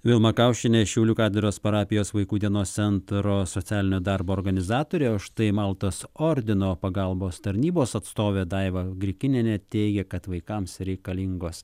vilma kaušienė šiaulių katedros parapijos vaikų dienos centro socialinio darbo organizatorė o štai maltos ordino pagalbos tarnybos atstovė daiva grikinienė teigia kad vaikams reikalingos